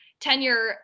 tenure